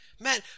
Man